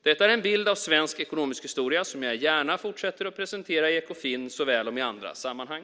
Detta är en bild av svensk ekonomisk historia som jag gärna fortsätter att presentera i Ekofin såväl som i andra sammanhang.